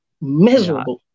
Miserable